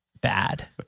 bad